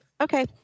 okay